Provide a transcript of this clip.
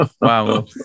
Wow